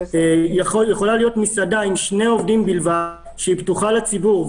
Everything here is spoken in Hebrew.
יכולה להיות מסעדה עם שני עובדים בלבד שהיא פתוחה לציבור,